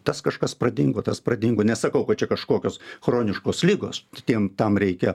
tas kažkas pradingo tas pradingo nesakau kad čia kažkokios chroniškos ligos kitiems tam reikia